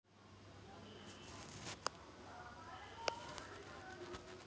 खरीप व रब्बी हंगामाच्या मध्ये उन्हाळी हंगामाची पिके घेतली जातात का?